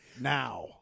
now